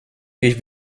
ich